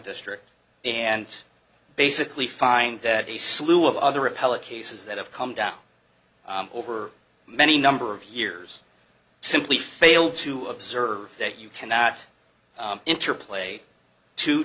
district and basically find that a slew of other appellate cases that have come down over many number of years simply failed to observe that you cannot interplay to